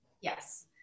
Yes